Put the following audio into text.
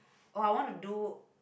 oh I want to do